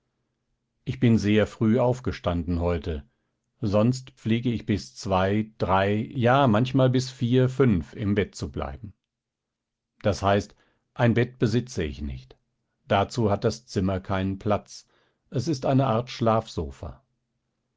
ich bin sehr früh aufgestanden heute sonst pflege ich bis zwei drei ja manchmal bis vier fünf im bett zu bleiben das heißt ein bett besitze ich nicht dazu hat das zimmer keinen platz es ist eine art schlafsofa